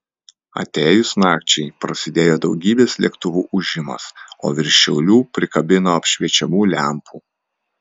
atėjus nakčiai prasidėjo daugybės lėktuvų ūžimas o virš šiaulių prikabino apšviečiamų lempų